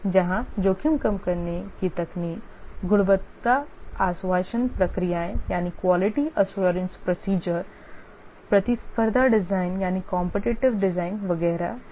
यहां जोखिम कम करने की तकनीक गुणवत्ता आश्वासन प्रक्रियाओं प्रतिस्पर्धी डिजाइन वगैरह है